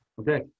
Okay